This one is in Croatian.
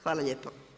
Hvala lijepo.